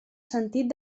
sentit